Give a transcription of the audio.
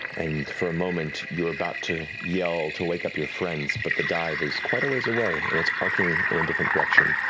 and for a moment, you're about to yell to wake up your friends, but the dive is quite a ways away and it's arcing in a different direction.